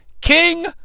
King